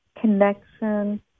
Connection